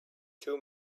two